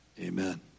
Amen